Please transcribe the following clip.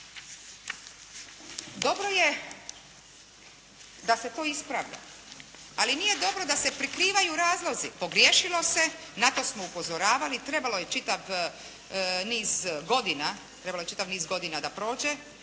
Dobro je da se to ispravlja ali nije dobro da se prikrivaju razlozi. Pogriješilo se, na to smo upozoravali, trebalo je čitav niz godina da prođe